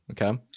Okay